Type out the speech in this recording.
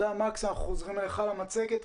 מקס, אנחנו חוזרים אליך ולמצגת.